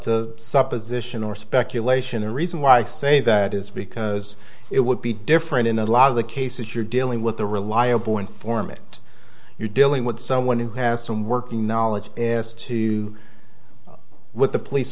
supposition or speculation the reason why i say that is because it would be different in a lot of the cases you're dealing with a reliable informant you're dealing with someone who has some working knowledge and to what the police